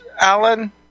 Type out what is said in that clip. Alan